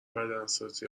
بدنسازی